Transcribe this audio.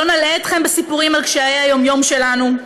לא נלאה אתכם בסיפורים על קשיי היום-יום שלנו,